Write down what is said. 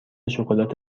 شکلات